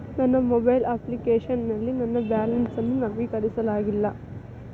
ನನ್ನ mobile application ನಲ್ಲಿ ನನ್ನ ಬ್ಯಾಲೆನ್ಸ್ ಅನ್ನು ನವೀಕರಿಸಲಾಗಿಲ್ಲ